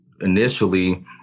initially